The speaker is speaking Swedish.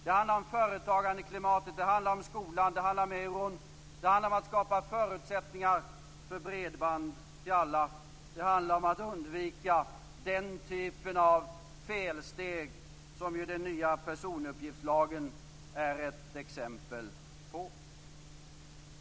Det handlar om företagarklimatet, om skolan, om euron, om att skapa förutsättningar för bredband till alla, om att undvika den typen av felsteg som den nya personuppgiftslagen är ett exempel på.